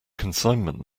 consignment